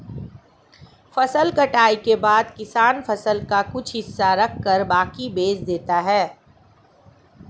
फसल कटाई के बाद किसान फसल का कुछ हिस्सा रखकर बाकी बेच देता है